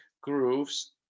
grooves